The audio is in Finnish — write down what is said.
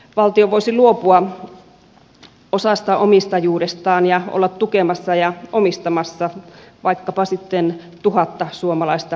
valtio voisi luopua osasta omistajuudestaan ja olla tukemassa ja omistamassa vaikkapa sitten tuhatta suomalaista kasvuyritystä